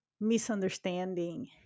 misunderstanding